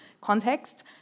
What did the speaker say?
context